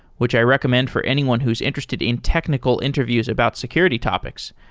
which i recommend for anyone who's interested in technical interviews about security topics.